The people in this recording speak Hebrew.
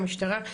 המשטרה.